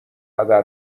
هدر